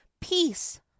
peace